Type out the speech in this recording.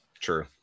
True